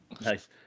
Nice